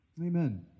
Amen